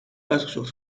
uitgezocht